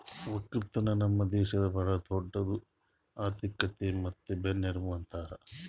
ಒಕ್ಕಲತನ ನಮ್ ದೇಶದ್ ಭಾಳ ದೊಡ್ಡುದ್ ಆರ್ಥಿಕತೆ ಮತ್ತ ಬೆನ್ನೆಲುಬು ಅದಾ